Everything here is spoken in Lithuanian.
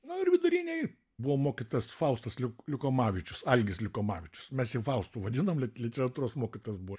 nu ir vidurinėj buvo mokytojas faustas liuk liukomavičius algis liukomavičius mes jį faustu vadinom literatūros mokytojas buvo